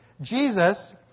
Jesus